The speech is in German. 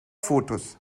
fotos